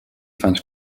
finds